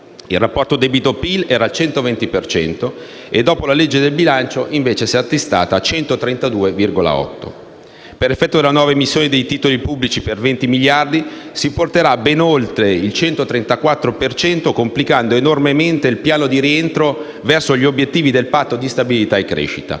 il rapporto debito/PIL era al 120 per cento nel 2011, dopo la legge di bilancio si è attestato al 132,8 per cento. Per effetto della nuova emissione di titoli pubblici per 20 miliardi si porterà ben oltre il 134 per cento, complicando enormemente il piano di rientro verso gli obiettivi del Patto di stabilità e crescita.